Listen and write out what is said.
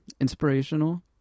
inspirational